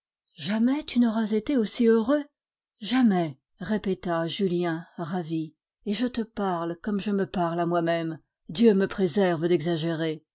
jamais tu n'auras été aussi heureux jamais répéta julien ravi et je te parle comme je me parle à moi-même dieu me préserve d'exagérer